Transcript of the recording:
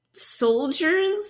Soldiers